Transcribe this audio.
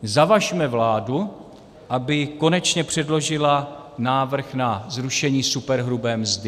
Zavažme vládu, aby konečně předložila návrh na zrušení superhrubé mzdy.